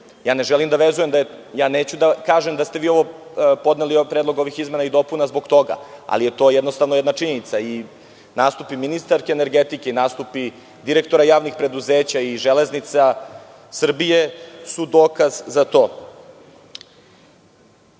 nekoliko nedelja. Neću da kažem da ste vi podneli predlog ovih izmena i dopuna zbog toga, ali to je jednostavno jedna činjenica i nastupi ministarke energetike i nastupi direktora javnih preduzeća i „Železnica Srbije“ su dokaz za